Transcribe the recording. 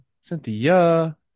Cynthia